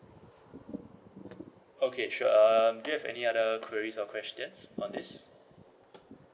okay sure um you have any other queries or questions on this